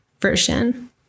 version